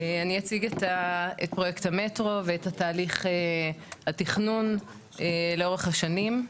אני אציג את פרויקט המטרו ואת התהליך התכנון לאורך השנים.